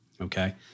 Okay